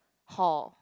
hall